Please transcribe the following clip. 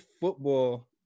football